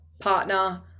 partner